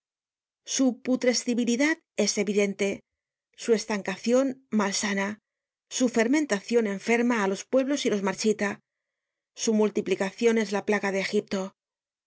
su putrescibilidad es evidente su estancacion mal sana su fermentacion enferma á los pueblos y los marchita su multiplicacion es la plaga de egipto